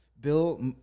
Bill